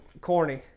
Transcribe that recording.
corny